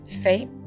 Fate